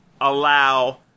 allow